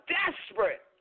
desperate